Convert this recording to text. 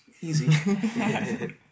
Easy